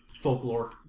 Folklore